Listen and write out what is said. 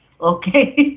Okay